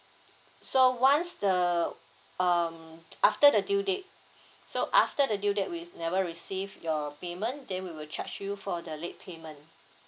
so once the um after the due date so after the due date we never receive your payment then we will charge you for the late payment